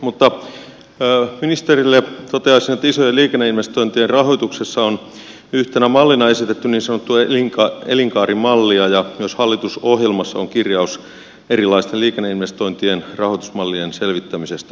mutta ministerille toteaisin että isojen liikenneinvestointien rahoituksessa on yhtenä mallina esitetty niin sanottua elinkaarimallia ja myös hallitusohjelmassa on kirjaus erilaisten liikenneinvestointien rahoitusmallien selvittämisestä